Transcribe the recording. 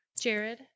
Jared